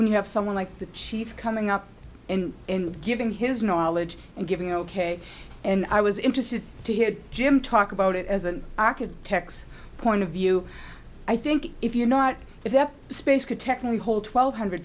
when you have someone like the chief coming up in giving his knowledge and giving ok and i was interested to hear him talk about it as an architect's point of view i think if you're not if that space could technically hold twelve hundred